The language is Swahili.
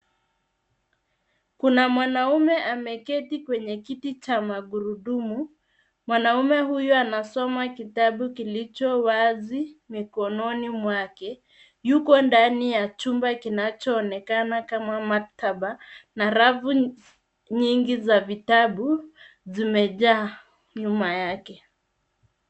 Kuna mwanamume ameketi kwenye Kiti cha Magurudume. Mwanaume huyo anasoma kitabu kilicho wazi mikononi mwake Yuko ndani ya chumba kinachoonekana kama maktaba na Lina rafu nyingi za vitabu zimejaa nyuma yake.